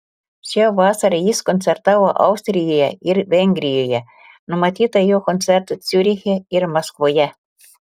šią vasarą jis koncertavo austrijoje ir vengrijoje numatyta jo koncertų ciuriche ir maskvoje